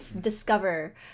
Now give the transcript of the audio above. discover